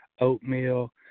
oatmeal